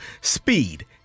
speed